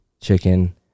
chicken